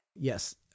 Yes